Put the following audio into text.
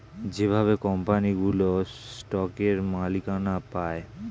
যেভাবে কোম্পানিগুলো স্টকের মালিকানা পায়